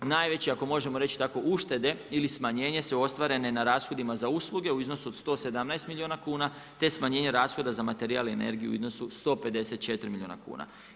Najveća ako možemo reći uštede ili smanjenje su ostvarene na rashodima za usluge u iznosu od 117 milijuna kuna te smanjenje rashoda za materijali i energiju u iznosu 154 milijuna kuna.